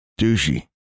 Douchey